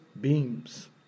beams